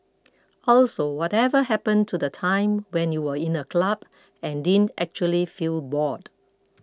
also whatever happen to the time when you were in a club and didn't actually feel bored